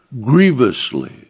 grievously